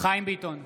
חיים ביטון,